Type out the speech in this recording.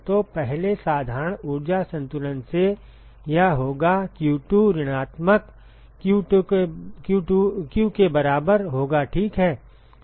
तो पहले साधारण ऊर्जा संतुलन से यह होगा q2 ऋणात्मक q के बराबर होगा ठीक है